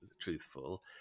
truthful